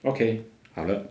okay 好了